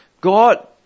God